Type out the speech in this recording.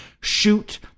shoot